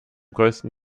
größten